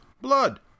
blood